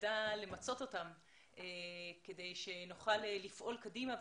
ונדע למצות אותן כדי שהוכל לפעול קדימה.